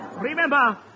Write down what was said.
Remember